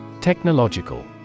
Technological